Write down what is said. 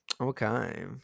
Okay